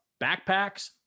backpacks